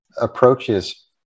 approaches